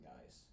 guys